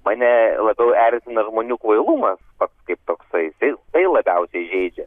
mane labiau erzina žmonių kvailumas pats kaip toksai tai tai labiausiai žeidžia